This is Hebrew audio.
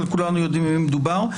אבל כולנו יודעים במי מדובר.